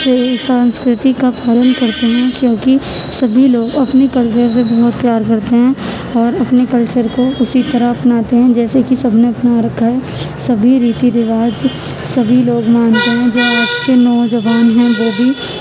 سے سانسکرتی کا پالن کرتے ہیں کیوں کہ سبھی لوگ اپنی کلچر سے بہت پیار کرتے ہیں اور اپنے کلچر کو اسی طرح اپںاتے ہیں جیسے کہ سب نے اپنا رکھا ہے سبھی ریتی رواج سبھی لوگ مانتے ہیں جو آج کے نوجوان ہیں وہ بھی